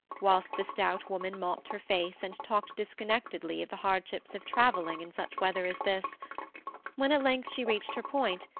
whilst the stout woman mopped her face and talked disconnectedly of the hardships of travelling in such weather as this when at length she reached her point,